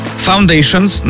Foundations